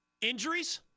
injuries